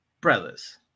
Brothers